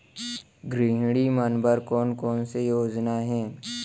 गृहिणी मन बर कोन कोन से योजना हे?